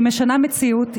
היא משנה מציאות,